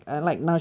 ya